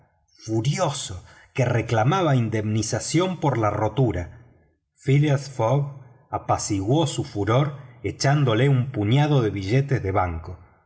furioso que reclamaba indemnización por la rotura phileas fogg apaciguó su furor echándole un puñado de billetes de banco